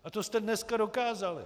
A to jste dneska dokázali.